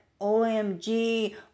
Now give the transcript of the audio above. OMG